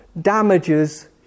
damages